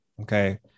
okay